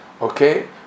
okay